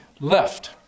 left